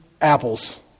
apples